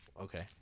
Okay